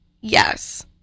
Yes